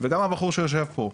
וגם הבחור שיושב פה,